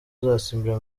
uzasimbura